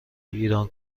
ایران